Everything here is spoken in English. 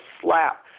slap